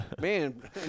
Man